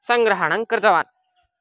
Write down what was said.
सङ्ग्रहणङ्कृतवान्